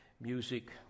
music